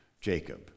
Jacob